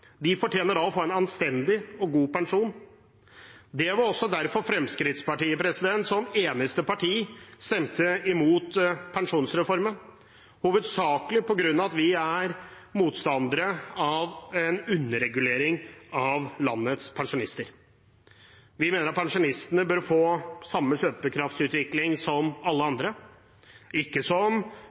De fortjener en anstendig og god pensjon. Det var også derfor Fremskrittspartiet som eneste parti stemte imot pensjonsreformen, hovedsakelig på grunn av at vi er motstandere av en underregulering av landets pensjonister. Vi mener at pensjonistene bør få samme kjøpekraftsutvikling som alle andre, ikke